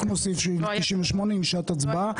זה כמו סעיף 98 עם שעת הצבעה.